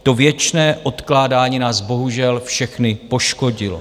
To věčné odkládání nás bohužel všechny poškodilo.